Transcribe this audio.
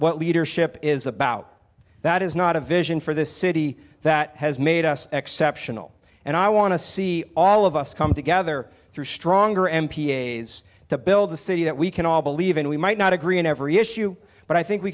what leadership is about that is not a vision for this city that has made us exceptional and i want to see all of us come together through stronger m p s to build a city that we can all believe in we might not agree on every issue but i think we